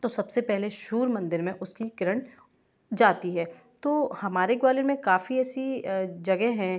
तो सब से पहले सूर्य मंदिर में उसकी किरण जाती है तो हमारे ग्वालियर में काफ़ी ऐसी जगहें हैं